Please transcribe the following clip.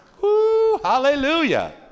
Hallelujah